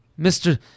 Mr